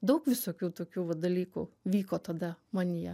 daug visokių tokių va dalykų vyko tada manyje